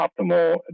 optimal